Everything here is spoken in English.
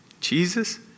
Jesus